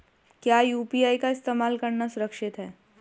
क्या यू.पी.आई का इस्तेमाल करना सुरक्षित है?